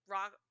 Rock